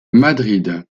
madrid